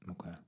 Okay